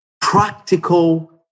practical